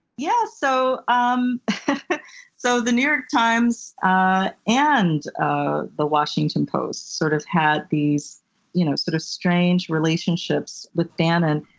yeah so um so the new york times ah and the ah but washington post sort of had these you know sort of strange relationships with bannon,